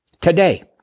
today